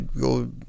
go